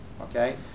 Okay